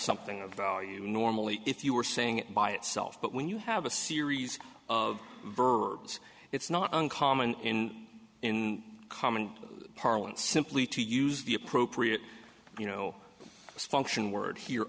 something of value normally if you are saying it by itself but when you have a series of verbs it's not uncommon in in common parlance simply to use the appropriate you know function word here